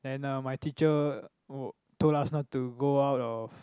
then ah my teacher told us not to go out of